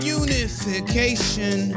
unification